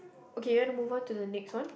okay you want to move on to the next one